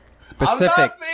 Specific